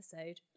episode